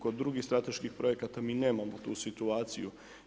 Kod drugih strateških projekata mi nemamo tu situaciju.